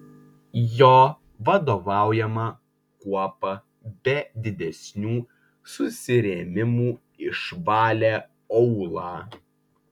jo vadovaujama kuopa be didesnių susirėmimų išvalė aūlą